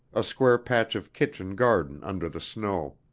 a square patch of kitchen garden under the snow.